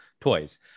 toys